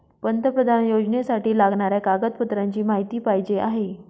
पंतप्रधान योजनेसाठी लागणाऱ्या कागदपत्रांची माहिती पाहिजे आहे